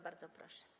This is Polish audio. Bardzo proszę.